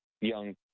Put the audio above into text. young